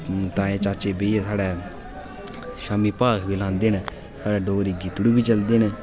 ताए चाचे बेहियै साढ़े शामीं भाख बी लांदे न साढ़े डोगरी गीतड़ू बी चलदे न